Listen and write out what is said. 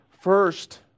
First